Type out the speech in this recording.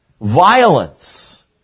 Violence